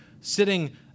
sitting